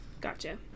Gotcha